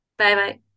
Bye-bye